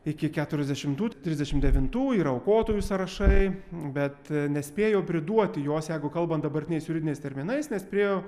iki keturiasdešimtų trisdešim devintų yra aukotojų sąrašai bet nespėjo priduoti jos jeigu kalbant dabartiniais juridiniais terminais nes priėjo